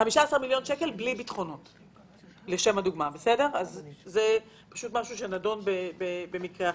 כי זה משהו שנדון במקרה אחר.